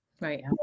Right